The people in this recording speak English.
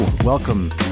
Welcome